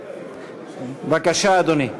בבקשה, אדוני.